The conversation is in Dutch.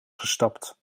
gestapt